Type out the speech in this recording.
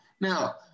Now